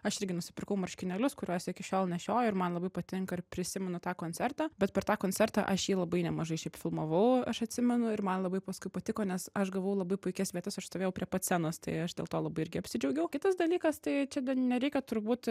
aš irgi nusipirkau marškinėlius kuriuos iki šiol nešioju ir man labai patinka ir prisimenu tą koncertą bet per tą koncertą aš jį labai nemažai šiaip filmavau aš atsimenu ir man labai paskui patiko nes aš gavau labai puikias vietas aš stovėjau prie pat scenos tai aš dėl to labai irgi apsidžiaugiau kitas dalykas tai čia nereikia turbūt